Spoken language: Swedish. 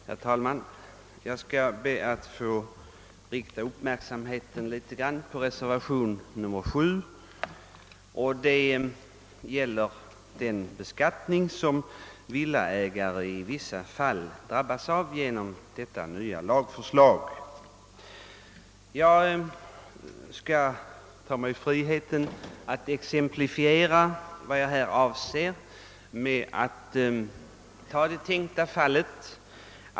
Herr talman! Jag ber att få rikta uppmärksamheten på reservationen 7, som gäller den beskattning villaägare i vissa fall drabbas av genom det nya lagförslaget. Låt mig exemplifiera vad jag avser genom att ta ett tänkt fall.